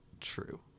true